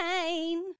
Pain